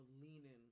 leaning